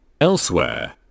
Elsewhere